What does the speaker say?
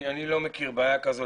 אני לא מכיר בעיה כזו,